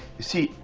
you see,